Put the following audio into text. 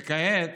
וכעת